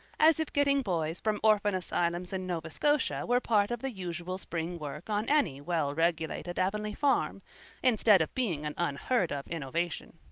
as if getting boys from orphan asylums in nova scotia were part of the usual spring work on any well-regulated avonlea farm instead of being an unheard of innovation.